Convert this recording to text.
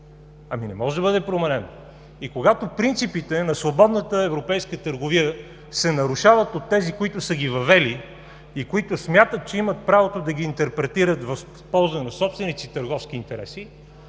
Ами, не може да бъде променен! Когато принципите на свободната европейска търговия се нарушават от тези, които са ги въвели, и които смятат, че имат правото да ги интерпретират в полза на собствените си търговски интереси,